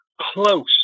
close